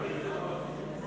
הצעת חוק המכר (דירות) (תיקון,